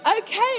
Okay